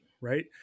right